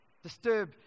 Disturb